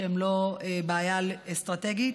שהם לא בעיה אסטרטגית.